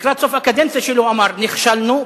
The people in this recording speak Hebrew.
לקראת סוף הקדנציה שלו הוא אמר: נכשלנו.